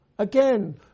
Again